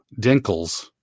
Dinkles